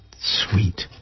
sweet